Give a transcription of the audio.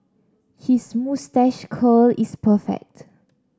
his moustache curl is perfect